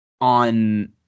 on